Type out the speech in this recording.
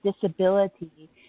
disability